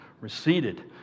receded